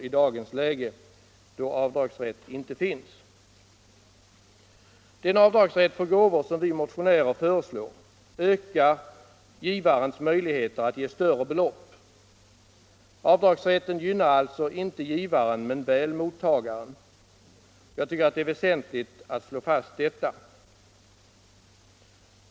i dagens läge, då avdragsrätt inte finns. Den avdragsrätt för gåvor som vi motionärer föreslår ökar givarens möjligheter att ge större belopp. Avdragsrätten gynnar alltså inte givaren men väl mottagaren. Jag tycker att det är väsentligt att slå fast detta.